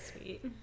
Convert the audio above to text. sweet